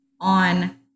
on